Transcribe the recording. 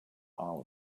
hours